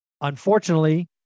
Unfortunately